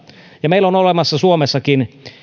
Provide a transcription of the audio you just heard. ja meillä on olemassa suomessakin